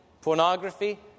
pornography